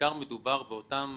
בעיקר מדובר באותם